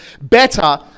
better